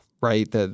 right